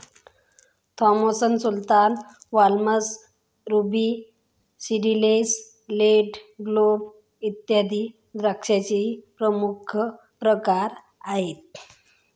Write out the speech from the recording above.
Thompson sultana, Waltham, ruby seedless, red globe, इत्यादी द्राक्षांचेही प्रमुख प्रकार आहेत